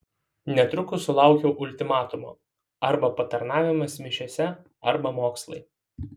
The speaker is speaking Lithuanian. netrukus sulaukiau ultimatumo arba patarnavimas mišiose arba mokslai